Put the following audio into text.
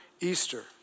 Easter